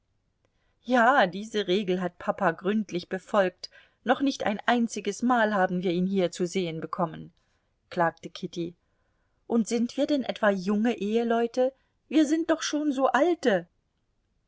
ja diese regel hat papa gründlich befolgt noch nicht ein einziges mal haben wir ihn hier zu sehen bekommen klagte kitty und sind wir denn etwa junge eheleute wir sind doch schon so alte